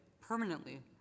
permanently